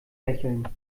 lächeln